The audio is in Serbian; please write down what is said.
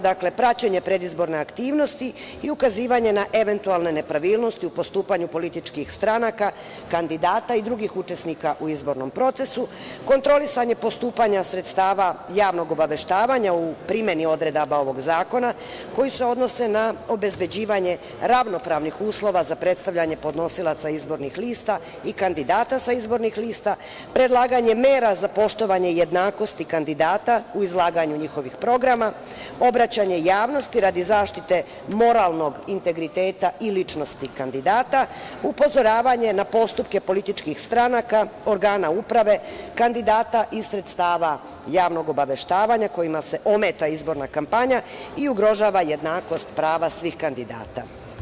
Dakle, praćenje predizborne aktivnosti i ukazivanje na eventualne nepravilnosti u postupanju političkih stranaka, kandidata i drugih učesnika u izbornom procesu, kontrolisanje postupanja sredstava javnog obaveštavanja u primeni odredaba ovog zakona koji se odnose na obezbeđivanje ravnopravnih uslova za predstavljanje podnosilaca izbornih lista i kandidata sa izbornih lista, predlaganje mera za poštovanje jednakosti kandidata u izlaganju njihovih programa, obraćanje javnosti radi zaštite moralnog integriteta i ličnosti kandidata, upozoravanje na postupke političkih stranka, organa uprave, kandidata i sredstava javnog obaveštavanja kojima se ometa izborna kampanja i ugrožava jednakost prava svih kandidata.